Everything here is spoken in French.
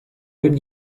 rude